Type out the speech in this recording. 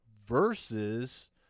versus